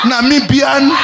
Namibian